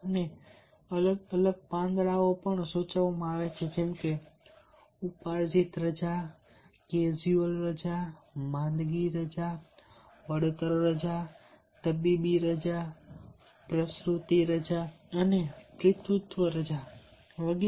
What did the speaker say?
અને અલગ અલગ પાંદડાઓ પણ સૂચવવામાં આવે છે જેમ કે ઉપાર્જિત રજા કેઝ્યુઅલ રજા માંદગી રજા વળતર રજા તબીબી રજા પ્રસૂતિ રજા અને પિતૃત્વ રજા વગેરે